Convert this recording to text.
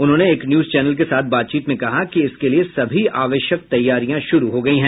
उन्होंने एक news channel के साथ बातचीत में कहा कि इसके लिए सभी आवश्यक तैयारियां शुरू हो गयी है